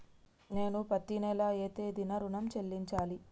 నేను పత్తి నెల ఏ తేదీనా ఋణం చెల్లించాలి?